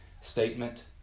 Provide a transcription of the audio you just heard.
statement